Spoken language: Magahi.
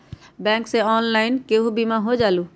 बैंक से ऑनलाइन केहु बिमा हो जाईलु?